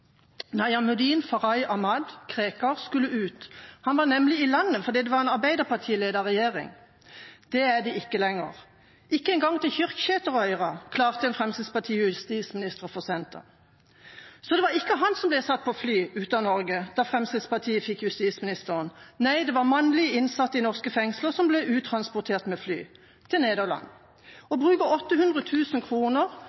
Krekar, skulle ut. Han var nemlig i landet fordi det var en arbeiderpartiledet regjering. Det er det ikke lenger. Ikke engang til Kyrksæterøra klarte en Fremskrittsparti-justisminister å få sendt han. Så det var ikke han som ble satt på fly ut av Norge da Fremskrittspartiet fikk justisministeren, nei, det var mannlige innsatte i norske fengsler som ble uttransportert med fly – til Nederland.